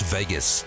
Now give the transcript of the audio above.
Vegas